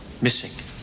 missing